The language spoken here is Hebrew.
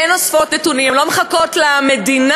והן אוספות את הנתונים, הן לא מחכות למדינה,